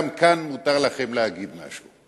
גם כאן מותר לכם להגיד משהו.